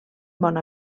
bona